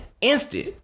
Instant